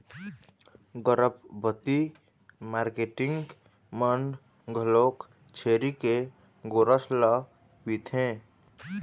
गरभबती marketing मन घलोक छेरी के गोरस ल पिथें